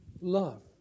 love